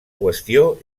qüestió